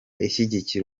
ishyigikiye